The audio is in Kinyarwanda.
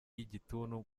y’igituntu